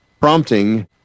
prompting